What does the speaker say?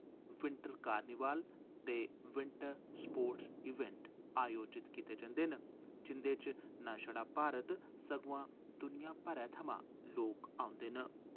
winter carnival ते winter sports event आयोजित कीते जंदे न जिं'दे च ना छड़ा भारत सगुआं दुनिया भरै थमां लोक औंदे न